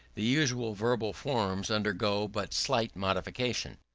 the usual verbal forms undergo but slight modifications.